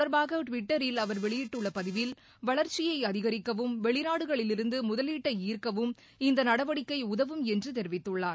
தொடர்பாக வெளியிட்டுள்ள பதிவில் வளர்ச்சியை இத அதிகரிக்கவும் வெளிநாடுகளில் இருந்து முதலீட்டை ஈர்க்கவும் இந்த நடவடிக்கை உதவும் என்று தெரிவித்துள்ளார்